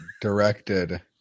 directed